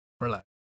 Relax